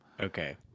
Okay